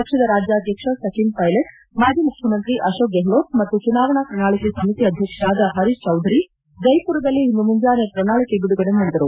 ಪಕ್ಷದ ರಾಜ್ಯಾಧ್ಯಕ್ಷ ಸಚಿನ್ ಪೈಲಟ್ ಮಾಜಿ ಮುಖ್ಯಮಂತ್ರಿ ಅಶೋಕ್ ಗೆಹ್ನೋಟ್ ಮತ್ತು ಚುನಾವಣಾ ಪ್ರಣಾಳಕೆ ಸಮಿತಿ ಅಧ್ಯಕ್ಷರಾದ ಹರೀಶ್ ಚೌಧರಿ ಜೈಪುರದಲ್ಲಿ ಇಂದು ಮುಂಜಾನೆ ಪ್ರಣಾಳಕೆಯನ್ನು ಬಿಡುಗಡೆ ಮಾಡಿದರು